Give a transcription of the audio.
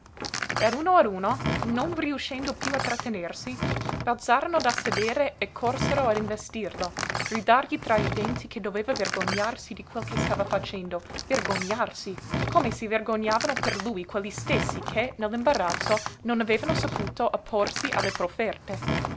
e a uno a uno non riuscendo piú a trattenersi balzarono da sedere e corsero a investirlo a gridargli tra i denti che doveva vergognarsi di quel che stava facendo vergognarsi come si vergognavano per lui quelli stessi che nell'imbarazzo non avevano saputo opporsi alle profferte